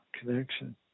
connection